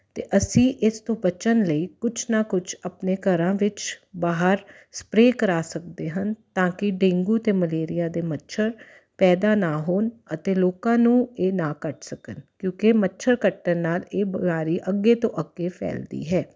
ਅਤੇ ਅਸੀਂ ਇਸ ਤੋਂ ਬਚਣ ਲਈ ਕੁਛ ਨਾ ਕੁਛ ਆਪਣੇ ਘਰਾਂ ਵਿੱਚ ਬਾਹਰ ਸਪਰੇ ਕਰਾ ਸਕਦੇ ਹਨ ਤਾਂ ਕਿ ਡੇਂਗੂ ਅਤੇ ਮਲੇਰੀਆ ਦੇ ਮੱਛਰ ਪੈਦਾ ਨਾ ਹੋਣ ਅਤੇ ਲੋਕਾਂ ਨੂੰ ਇਹ ਨਾ ਕੱਟ ਸਕਣ ਕਿਉਂਕਿ ਮੱਛਰ ਕੱਟਣ ਨਾਲ ਇਹ ਬਿਮਾਰੀ ਅੱਗੇ ਤੋਂ ਅੱਗੇ ਫੈਲਦੀ ਹੈ